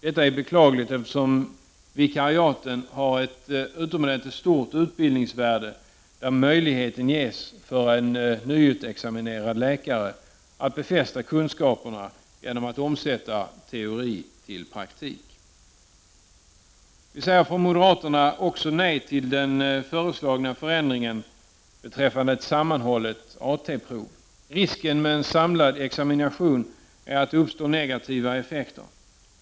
Detta är beklagligt, eftersom vikariaten har ett utomordentligt stort utbildningsvärde. En nyutexaminerad läkare får ju möjlighet att befästa kunskaperna genom att omsätta teori i praktik. Vi moderater säger också nej till den föreslagna förändringen beträffande ett sammanhållet AT-prov. Risken med en samlad examination är att det uppstår negativa effekter.